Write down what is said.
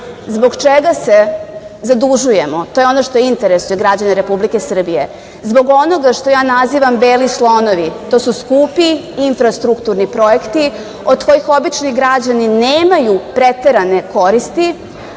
Zbog čega se zadužujemo, to je ono što interesuje građane Republike Srbije? Zbog onoga što ja nazivam beli slonovi, to su skupi infrastrukturni projekti od kojih obični građani nemaju preterane koristi,